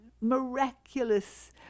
miraculous